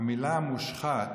המילה "מושחת"